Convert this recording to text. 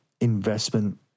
investment